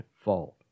fault